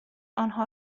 آنها